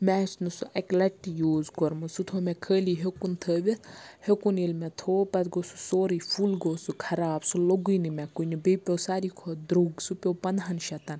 مےٚ آسہِ نہٕ سُہ اَکہِ لَٹہِ تہِ یوٗز کوٚرمُت سُہ تھوٚو مےٚ خٲلی ہیوٚکُن تھٲوِتھ ہیوٚکُن ییٚلہِ مےٚ تھوٚو پَتہٕ گوٚو سُہ سورٕے فُل گوٚو سُہ خراب سُہ لوٚگٔے نہٕ مےٚ کُنہِ بیٚیہِ پیوٚو ساروی کھۄتہٕ درٛوٚگ سُہ پیوٚو پَنٛدہَن شَتَن